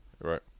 Right